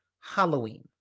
Halloween